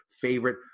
favorite